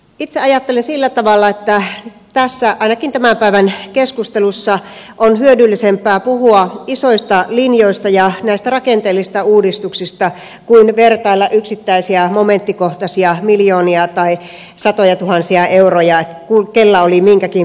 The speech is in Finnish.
itse ajattelen sillä tavalla että tässä ainakin tämän päivän keskustelussa on hyödyllisempää puhua isoista linjoista ja näistä rakenteellisista uudistuksista kuin vertailla yksittäisiä momenttikohtaisia miljoonia tai satojatuhansia euroja että kellä oli minkäkin verran mihinkin